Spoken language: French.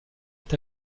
est